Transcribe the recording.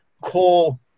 core